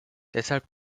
deshalb